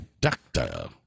doctor